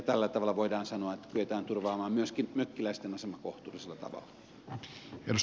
tällä tavalla voidaan sanoa että kyetään turvaamaan myöskin mökkiläisten asema kohtuullisella tavalla